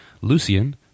lucian